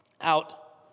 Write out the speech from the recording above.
out